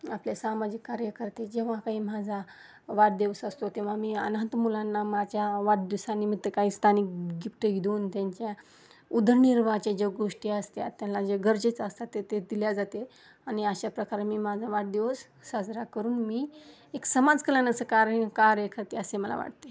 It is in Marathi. आपले सामाजिक कार्य करते जेव्हा काही माझा वाढदिवस असतो तेव्हा मी अनाथ मुलांना माझ्या वाढदिवसांनिमित्त काही स्थानिक गिफ्ट घ देऊन त्यांच्या उदरनिर्वाहाच्या ज्या गोष्टी असतात त्यांना जे गरजेचं असतात ते ते दिल्या जाते आणि अशा प्रकारे मी माझा वाढदिवस साजरा करून मी एक समाजकल्याणाचं असं कार कार्य करते असे मला वाटते